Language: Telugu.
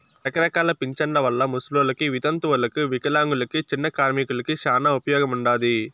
రకరకాల పింఛన్ల వల్ల ముసలోళ్ళకి, వితంతువులకు వికలాంగులకు, నిన్న కార్మికులకి శానా ఉపయోగముండాది